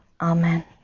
Amen